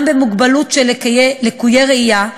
גם במוגבלות של לקויי ראייה,